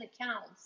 accounts